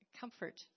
comfort